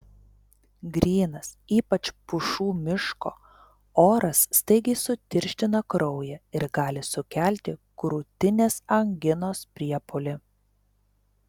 grynas ypač pušų miško oras staigiai sutirština kraują ir gali sukelti krūtinės anginos priepuolį